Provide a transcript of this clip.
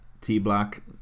T-Black